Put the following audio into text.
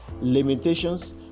limitations